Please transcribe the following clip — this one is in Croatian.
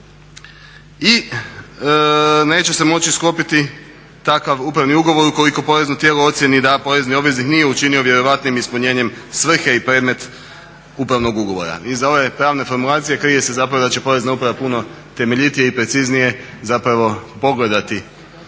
I neće se moći sklopiti takav upravni ugovor ukoliko porezno tijelo ocijeni da porezni obveznik nije učinio vjerojatnim ispunjenjem svrhe i predmet upravnog ugovora. Iza ove pravne formulacije krije se zapravo da će Porezna uprava puno temeljitije i preciznije zapravo pogledati